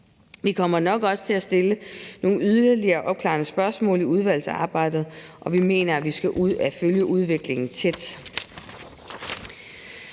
Vi kommer nok også til at stille nogle yderligere opklarende spørgsmål i udvalgsarbejdet, og vi mener, at vi skal ud og følge udviklingen tæt.